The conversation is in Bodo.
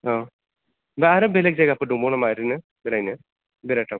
औ दा आरो बेलेग जायगाफोर दंबावो नामा ओरैनो बेरायनो बेरायथाव